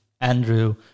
Andrew